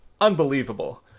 unbelievable